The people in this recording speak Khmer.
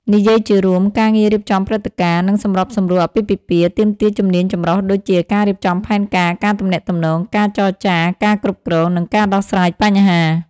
និយាយជារួម ការងាររៀបចំព្រឹត្តិការណ៍ និងសម្របសម្រួលអាពាហ៍ពិពាហ៍ ទាមទារជំនាញចម្រុះដូចជា ការរៀបចំផែនការ ការទំនាក់ទំនង ការចរចារ ការគ្រប់គ្រង និងការដោះស្រាយបញ្ហា។